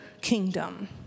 kingdom